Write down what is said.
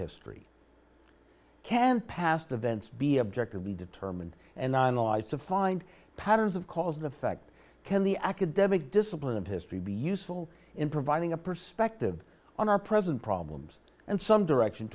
prehistory can past events be objective be determined and non life to find patterns of cause and effect can the academic discipline of history be useful in providing a perspective on our present problems and some direction